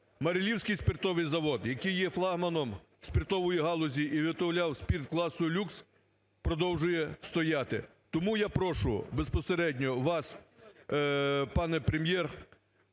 Марилівський спиртовий завод, який є флагманом спиртової галузі і виготовляв спирт класу люкс, продовжує стояти. Тому я прошу безпосередньо вас, пане Прем'єр,